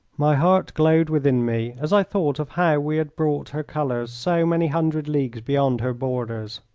my heart glowed within me as i thought of how we had brought her colours so many hundred leagues beyond her borders.